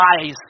eyes